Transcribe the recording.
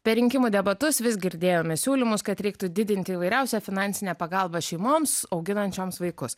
per rinkimų debatus vis girdėjome siūlymus kad reiktų didinti įvairiausią finansinę pagalbą šeimoms auginančioms vaikus